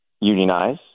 unionize